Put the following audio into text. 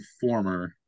former